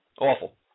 Awful